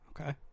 Okay